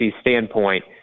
standpoint